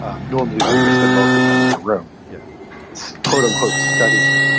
ah normally they they spend most of time in a room, yeah quote unquote, studying.